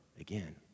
again